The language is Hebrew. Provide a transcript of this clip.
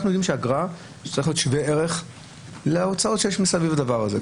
אנחנו יודעים שאגרה צריכה להיות שוות ערך להוצאות שיש מסביב לדבר הזה.